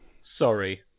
sorry